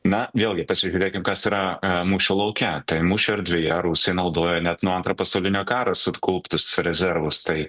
na vėlgi pasižiūrėkim kas yra mūšio lauke tai mūšio erdvėje rusai naudojo net nuo antro pasaulinio karo sukauptus rezervus tai